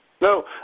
No